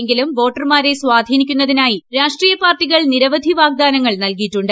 എങ്കിലും വോട്ടർമാരെ സ്വാധീനിക്കുന്നതിനായി രാഷ്ട്രീയ പാർട്ടികൾ നിരവധി വാഗ്ദാനങ്ങൾ നൽകിയിട്ടുണ്ട്